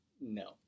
No